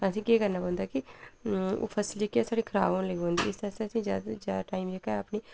असें ई केह् करना पौंदा कि ओह् फसल जेह्की साढ़ी खराब होन लगी पौंदी इस आस्तै असें ई जैदा तूं जैदा टाइम जेह्का ऐ अपनी